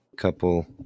Couple